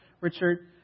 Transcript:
Richard